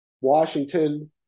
Washington